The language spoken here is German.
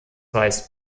weist